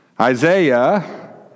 Isaiah